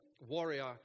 warrior